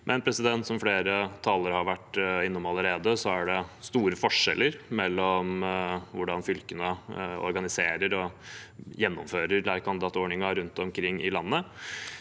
ut i arbeid. Som flere talere har vært innom allerede, er det store forskjeller når det gjelder hvordan fylkene organiserer og gjennomfører lærekandidatordningen rundt omkring i landet.